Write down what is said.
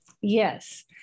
Yes